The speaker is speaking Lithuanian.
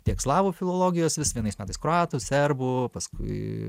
tiek slavų filologijos vis vienais metais kroatų serbų paskui